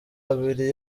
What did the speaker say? abiri